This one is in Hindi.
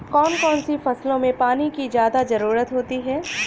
कौन कौन सी फसलों में पानी की ज्यादा ज़रुरत होती है?